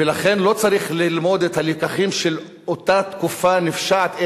ולכן לא צריך ללמוד את הלקחים של אותה תקופה נפשעת,